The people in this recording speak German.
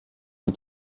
und